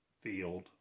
field